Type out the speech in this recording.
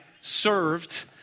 served